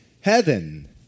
heaven